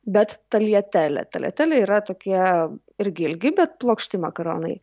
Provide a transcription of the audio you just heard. bet taljatele taljatele yra tokie irgi ilgi bet plokšti makaronai